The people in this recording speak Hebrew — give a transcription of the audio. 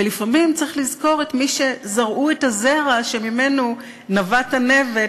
ולפעמים צריך לזכור את מי שזרעו את הזרע שממנו נבט הנבט